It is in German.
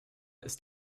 ist